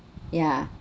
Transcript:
ya